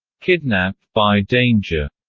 kidnapped by danger,